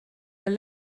are